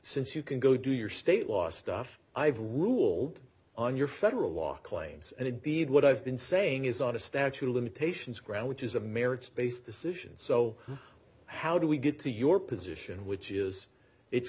since you can go do your state law stuff i've ruled on your federal law claims and indeed what i've been saying is on a statute of limitations ground which is a merits based decision so how do we get to your position which is it's